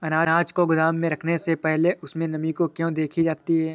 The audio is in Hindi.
अनाज को गोदाम में रखने से पहले उसमें नमी को क्यो देखी जाती है?